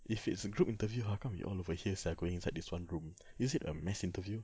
if it's a group interview how come we're all over here sia going inside this one room is it a mass interview